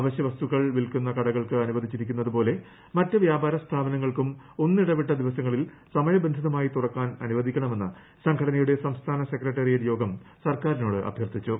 അവശ്യ വസ്തുക്കൾ വിൽക്കുന്ന കടകൾക്ക് അനുവദിച്ചിരിക്കുന്നതു പോലെ മറ്റു വ്യാപാര സ്ഥാപനങ്ങളും ഒന്നിടവിട്ട ദിവസങ്ങളിൽ സമയ ബന്ധിതമായി തുറക്കാൻ അനുവദിക്കണമെന്ന് സംഘടന യുടെ സംസ്ഥാന സെക്രട്ടറിയേറ്റ് യോഗം സർക്കാരിനോട് അഭ്യർത്ഥിച്ചു